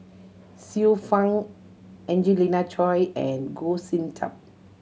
Xiu Fang Angelina Choy and Goh Sin Tub